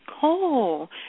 cool